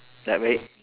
like very